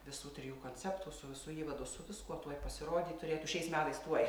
visų trijų konceptų su visu įvadu su viskuo tuoj pasirodyt turėtų šiais metais tuoj